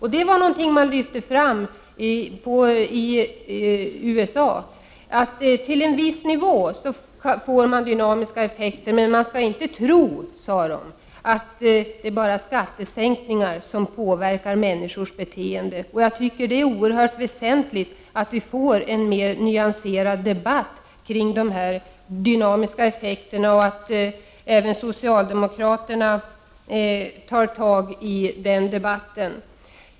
I USA har det påvisats att skattesänkningar ger dynamiska effekter till en viss nivå, men att det inte är enbart skattesänkningar som påverkar människors beteende. Det är enligt min mening oerhört väsentligt att vi får en mer nyanserad debatt kring frågan om dynamiska effekter. Även socialdemokraterna bör engagera sig i den debatten.